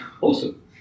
Awesome